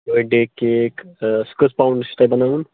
بٔرتھ day cake سُہ کٔژ pound چھُ تۄہہِ بَناوُن